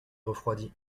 refroidit